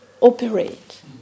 operate